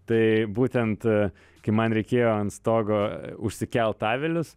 tai būtent kai man reikėjo ant stogo užsikelt avilius